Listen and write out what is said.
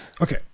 Okay